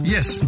Yes